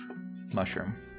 mushroom